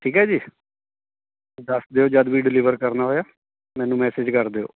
ਠੀਕ ਹੈ ਜੀ ਦੱਸ ਦਿਓ ਜਦ ਵੀ ਡਿਲੀਵਰ ਕਰਨਾ ਹੋਇਆ ਮੈਨੂੰ ਮੈਸਿਜ ਕਰ ਦਿਓ